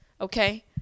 Okay